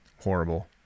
horrible